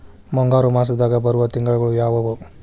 ಮುಂಗಾರು ಮಾಸದಾಗ ಬರುವ ತಿಂಗಳುಗಳ ಯಾವವು?